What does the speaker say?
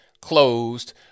closed